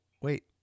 wait